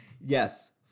Yes